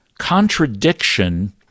contradiction